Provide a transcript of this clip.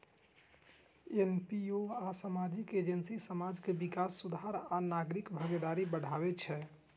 NGO आ सामाजिक agency समाज के विकास, सुधार आ नागरिक भागीदारी बढ़ाबै छै